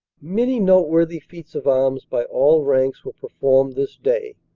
many noteworthy feats of arms by all ranks were per formed this day,